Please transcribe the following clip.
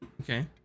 Okay